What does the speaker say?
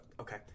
okay